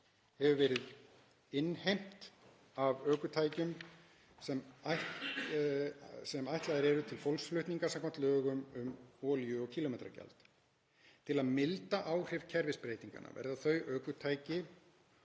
ekki verið innheimt af ökutækjum sem ætlaðar eru til fólksflutninga samkvæmt lögum um olíu- og kílómetragjald. Til að milda áhrif kerfisbreytinganna á þau ökutæki